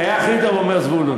היה הכי טוב, אומר זבולון.